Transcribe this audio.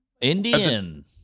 Indian